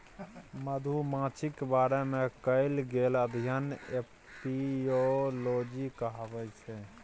मधुमाछीक बारे मे कएल गेल अध्ययन एपियोलाँजी कहाबै छै